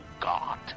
God